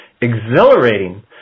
exhilarating